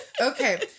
Okay